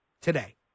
today